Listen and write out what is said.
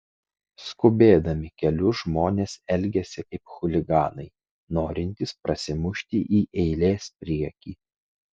skubėdami keliu žmonės elgiasi kaip chuliganai norintys prasimušti į eilės priekį